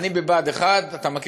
הוא אומר לי: אגיד לך.